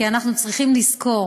כי אנחנו צריכים לזכור